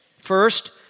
First